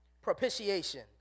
Propitiation